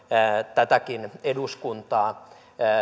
tätäkin eduskuntaa